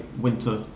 winter